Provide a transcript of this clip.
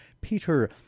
Peter